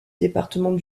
département